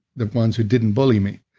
the ones who didn't bully me.